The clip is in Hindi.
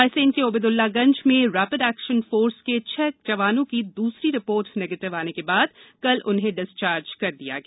रायसेन के ओबेदुल्लागंज में रैपिड एक्शन फोर्स के छह जवानों की दूसरी रिपोर्ट निगेटिव आने के बाद कल उन्हें डिस्चार्ज कर दिया गया